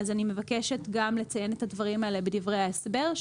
אני מבקשת גם לציין את הדברים האלה בדברי ההסבר,